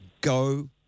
Go